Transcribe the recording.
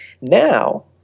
now